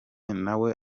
nawe